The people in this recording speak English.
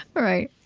right